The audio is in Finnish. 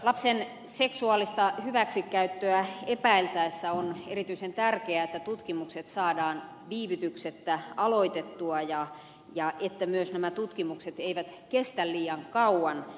lapsen seksuaalista hyväksikäyttöä epäiltäessä on erityisen tärkeää että tutkimukset saadaan viivytyksettä aloitettua ja että nämä tutkimukset eivät myöskään kestä liian kauan